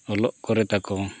ᱚᱞᱚᱜ ᱠᱚᱨᱮ ᱛᱟᱠᱚ